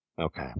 Okay